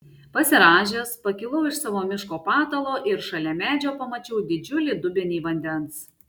pasirąžęs pakilau iš savo miško patalo ir šalia medžio pamačiau didžiulį dubenį vandens